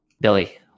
Billy